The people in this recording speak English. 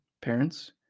parents